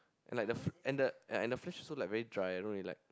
and like the and the and the flesh also like very dry I don't really like